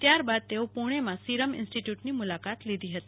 ત્યારબાદ તેઓ પુણેમાં સીરમ ઇન્સ્ટીટયુટની મુલાકાતલીધી હતી